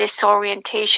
disorientation